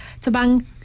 tabang